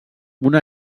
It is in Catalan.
una